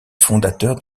fondateurs